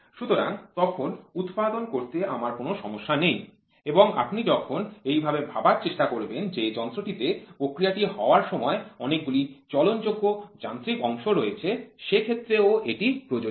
সুতরাং তখন উৎপাদন করতে আমার কোনও সমস্যা নেই এবং আপনি যখন এইভাবে ভাবার চেষ্টা করবেন যে যন্ত্রটিতে প্রক্রিয়াটি হওয়ার সময় অনেকগুলি চলনযোগ্য যান্ত্রিক অংশ রয়েছে সে ক্ষেত্রেও এটি প্রযোজ্য